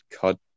cut